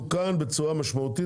וההצעה הזאת תתוקן בצורה מאוד משמעותית